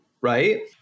right